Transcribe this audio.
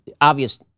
obvious